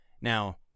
Now